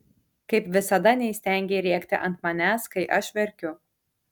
kaip visada neįstengei rėkti ant manęs kai aš verkiu